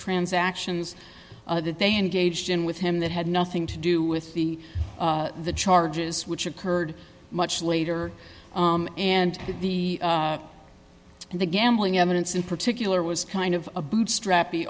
transactions that they engaged in with him that had nothing to do with the the charges which occurred much later and that the and the gambling evidence in particular was kind of a bootstrap the